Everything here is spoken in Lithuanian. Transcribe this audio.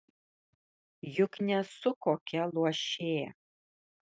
juk nesu kokia luošė